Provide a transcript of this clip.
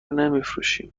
نمیفروشیم